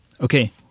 Okay